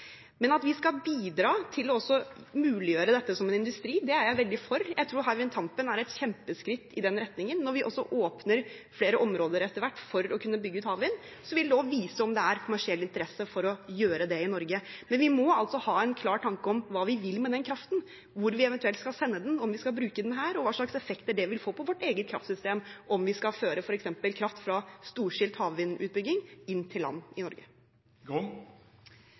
Men at vi skal bidra til å muliggjøre dette som en industri, er jeg veldig for. Jeg tror Hywind Tampen er et kjempeskritt i den retningen. Når vi også etter hvert åpner flere områder for å kunne bygge ut havvind, vil det vise om det er kommersiell interesse for å gjøre det i Norge. Men vi må altså ha en klar tanke om hva vi vil med den kraften, hvor vi eventuelt skal sende den, om vi skal bruke den her, og hva slags effekter det vil få for vårt eget kraftsystem om vi f.eks. skal føre kraft fra storstilt havvindutbygging inn til land i Norge.